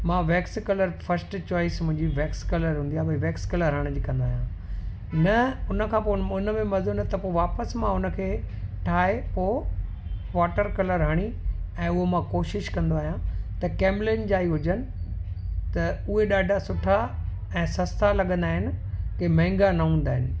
मां wax colour first choice मुंहिंजी wax colour हूंदी आहे भाई वैक्स कलर हणण जी कंदो आहियां न उन खां पोइ उन उन में मज़ो नथो त वापसि मां उन खे ठाहे पोइ वॉटर कलर हणी ऐं उहो मां कोशिशि कंदो आहियां त कैमलिनि जा ई हुजनि त उहे ॾाढा सुठा ऐं सस्ता लॻंदा आहिनि ऐं महांगा न हूंदा आहिनि